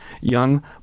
young